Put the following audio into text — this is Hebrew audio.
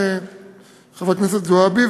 חברת הכנסת זועבי,